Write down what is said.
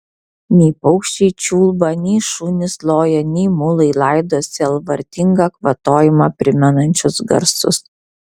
nei paukščiai čiulba nei šunys loja nei mulai laido sielvartingą kvatojimą primenančius garsus